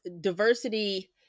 diversity